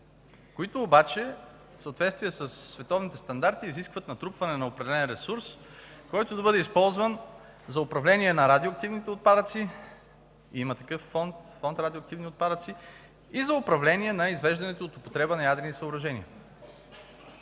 Те обаче в съответствие със световните стандарти изискват натрупване на определен ресурс, който да бъде използван за управление на радиоактивните отпадъци – има такъв фонд, Фонд „Радиоактивни отпадъци”, и за управление на извеждането от употреба на ядрени съоръжения.